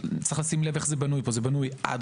4 עד